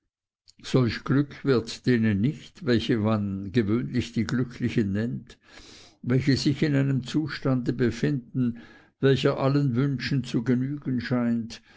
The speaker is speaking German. solch glück wird denen nicht welche man gewöhnlich die glücklichen nennt welche sich in einem zustande befinden welcher allen wünschen zu genügen scheint